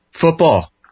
football